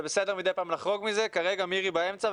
זה בסדר מדי פעם לחרוג מזה, כרגע מירי באמצע.